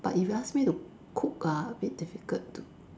but if you ask me to cook ah a bit difficult to